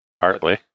Partly